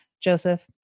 Joseph